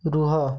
ରୁହ